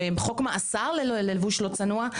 וחוק מאסר ללבוש לא צנוע,